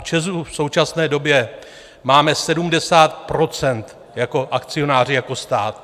V ČEZu v současné době máme 70 % jako akcionáři, jako stát.